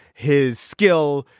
his skill,